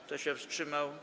Kto się wstrzymał?